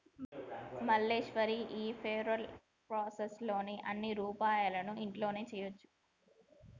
మల్లీశ్వరి ఈ payroll process లోని అన్ని విపాయాలను ఇంట్లోనే చేయొచ్చు